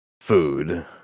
food